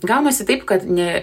gaunasi taip kad ne